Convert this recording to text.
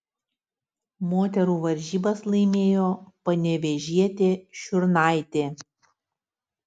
moterų varžybas laimėjo panevėžietė šiurnaitė